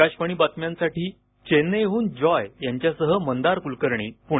आकाशवाणी बातम्यांच्या साठी चेन्नईहून जॉय यांच्यासह मंदार कुलकर्णी पुणे